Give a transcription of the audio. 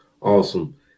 Awesome